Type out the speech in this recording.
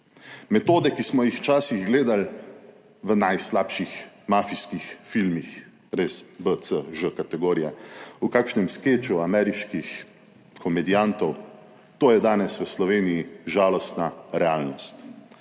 – 12.10 (Nadaljevanje) v najslabših mafijskih filmih, res B, C, Ž kategorije v kakšnem skeču ameriških komedijantov. To je danes v Sloveniji žalostna realnost.